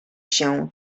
się